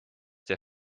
der